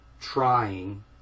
trying